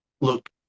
Look